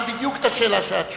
בדיוק את השאלה שאת שואלת.